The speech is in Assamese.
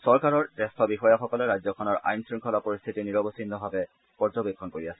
চৰকাৰৰ জ্যেষ্ঠ বিষয়াসকলে ৰাজ্যখনৰ আইন শংখলা পৰিশ্থিতি নিৰৱচ্ছিন্নভাৱে পৰ্যবেক্ষণ কৰি আছে